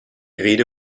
rede